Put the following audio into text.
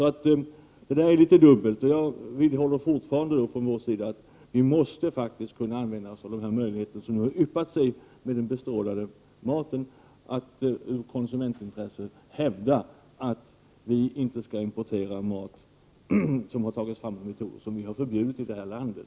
Vi vidhåller fortfarande från vår sida att vi faktiskt måste kunna använda oss av de möjligheter som yppat sig att när det gäller den bestrålade maten av konsumentintresse hävda att vi inte skall importera mat som har tagits fram med metoder som vi har förbjudit i det här landet.